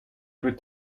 peu